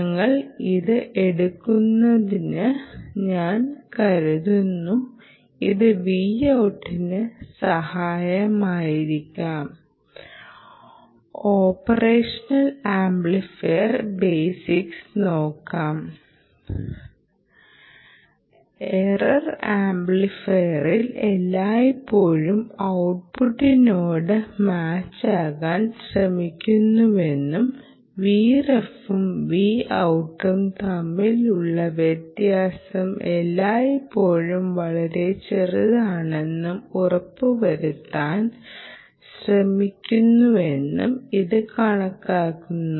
ഞങ്ങൾ ഇത് എടുക്കണമെന്ന് ഞാൻ കരുതുന്നു ഇത് Voutന് സഹായകരമാകും ഓപ്പറേഷണൽ ആംപ്ലിഫയർ ബയ്സിക്സ് നോക്കാം എറർ ആംപ്ലിഫയർ എല്ലായ്പ്പോഴും ഔട്ട്പുട്ടിനോട് മാച്ചാകാൻ ശ്രമിക്കുന്നുവെന്നും Vref ഉും Voutഉും തമ്മിലുള്ള വ്യത്യാസം എല്ലായ്പ്പോഴും വളരെ ചെറുതാണെന്നും ഉറപ്പുവരുത്താൻ ശ്രമിക്കുന്നുവെന്നും ഇത് കാണിക്കുന്നു